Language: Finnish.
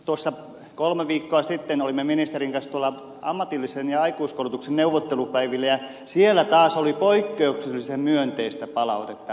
tuossa kolme viikkoa sitten olimme ministerin kanssa ammatillisen ja aikuiskoulutuksen neuvottelupäivillä ja siellä taas oli poikkeuksellisen myönteistä palautetta